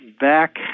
back